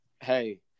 hey